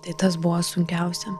tai tas buvo sunkiausia